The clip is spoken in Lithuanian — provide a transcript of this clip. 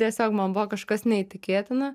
tiesiog man buvo kažkas neįtikėtina